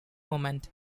moment